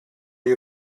you